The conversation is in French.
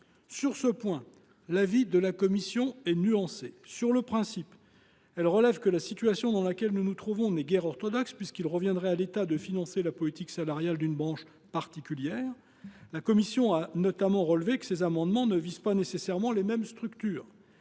Sur ce point, l’avis de la commission est nuancé. Sur le principe, nous relevons que la situation dans laquelle nous nous trouvons n’est guère orthodoxe, puisqu’il reviendrait à l’État de financer la politique salariale d’une branche particulière. La commission a notamment relevé que ces deux amendements, ainsi que ceux qui suivent, ne visent pas les mêmes structures